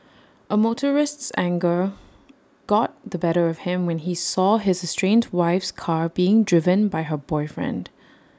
A motorist's anger got the better of him when he saw his estranged wife's car being driven by her boyfriend